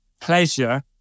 pleasure